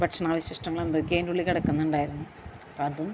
ഭക്ഷണാവശിഷ്ടങ്ങൾ എന്തൊക്കെയോ അതിൻ്റെ ഉള്ളിൽ കിടക്കുന്നുണ്ടായിരുന്നു അപ്പം അതും